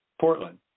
Portland